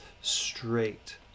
straight